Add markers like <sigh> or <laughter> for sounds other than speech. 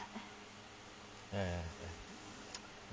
!aiya! <noise>